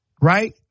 right